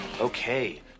Okay